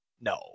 No